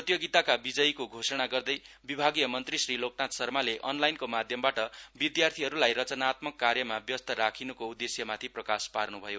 प्रतियोगिताका विजयीको घोषणा गर्दै विभागीय मन्त्री श्री लोकनाथ शर्माले अनलाइनको माध्यमबाट विद्यार्थीहरूलाई रचनात्मक कार्यमा व्यस्त राखिन्को उद्देश्यमाथि प्रकाश पार्न्भयो